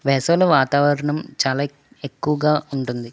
వేసవిలో వాతావరణం చాలా ఎక్కువగా ఉంటుంది